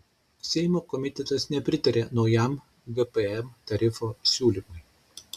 seimo komitetas nepritarė naujam gpm tarifo siūlymui